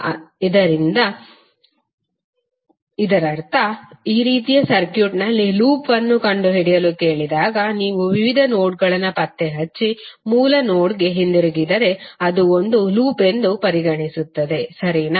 ಆದ್ದರಿಂದ ಇದರರ್ಥ ಈ ರೀತಿಯ ಸರ್ಕ್ಯೂಟ್ ನಲ್ಲಿ ಲೂಪ್ ಅನ್ನು ಕಂಡುಹಿಡಿಯಲು ಕೇಳಿದಾಗ ನೀವು ವಿವಿಧ ನೋಡ್ಗಳನ್ನು ಪತ್ತೆಹಚ್ಚಿ ಮೂಲ ನೋಡ್ಗೆ ಹಿಂತಿರುಗಿದರೆ ಇದು ಒಂದು ಲೂಪ್ ಎಂದು ಪರಿಗಣಿಸುತ್ತದೆ ಸರಿನಾ